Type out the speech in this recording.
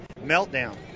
meltdown